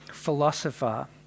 philosopher